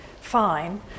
fine